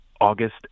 August